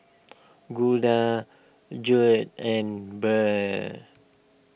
Glynda Judd and Brynn